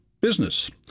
business